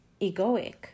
egoic